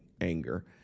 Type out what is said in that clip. anger